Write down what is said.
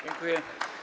Dziękuję.